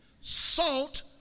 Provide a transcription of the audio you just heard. Salt